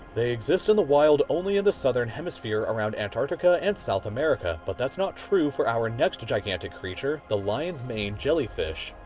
they exist in the wild only in the southern hemisphere around antarctica and south america, but that's not true for our next gigantic creature, the lion's mane jellyfish,